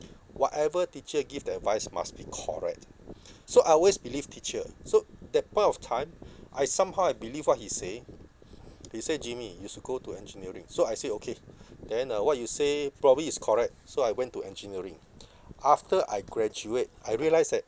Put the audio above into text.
whatever teacher give the advice must be correct so I always believe teacher so that point of time I somehow I believe what he say he say jimmy you should go to engineering so I say okay then uh what you say probably is correct so I went to engineering after I graduate I realised that